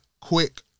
quick